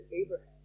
Abraham